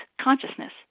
consciousness